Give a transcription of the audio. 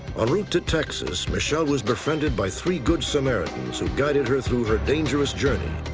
ah route to texas, michele was befriended by three good samaritans who guided her through her dangerous journey.